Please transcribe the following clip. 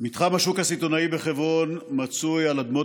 מתחם השוק הסיטונאי בחברון מצוי על אדמות